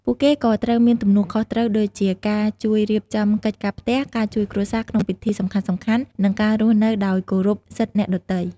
ពួកគេក៏ត្រូវមានទំនួលខុសត្រូវដូចជា ការជួយរៀបចំកិច្ចការផ្ទះ ការជួយគ្រួសារក្នុងពិធីសំខាន់ៗ និងការរស់នៅដោយគោរពសិទ្ធិអ្នកដទៃ។